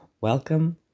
Welcome